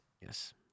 yes